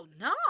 no